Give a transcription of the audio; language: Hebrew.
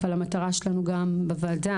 אבל המטרה שלנו גם בוועדה,